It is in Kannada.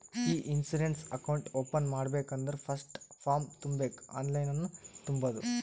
ಇ ಇನ್ಸೂರೆನ್ಸ್ ಅಕೌಂಟ್ ಓಪನ್ ಮಾಡ್ಬೇಕ ಅಂದುರ್ ಫಸ್ಟ್ ಫಾರ್ಮ್ ತುಂಬಬೇಕ್ ಆನ್ಲೈನನ್ನು ತುಂಬೋದು